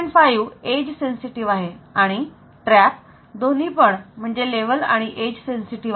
5 edge sensitive आहे आणि TRAP दोन्हीपण म्हणजे लेव्हल आणि एज सेन्सिटिव्ह आहे